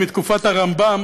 מתקופת הרמב"ם,